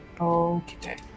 Okay